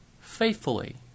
faithfully